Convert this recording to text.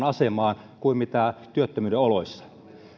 asemaa kuin työttömyyden oloissa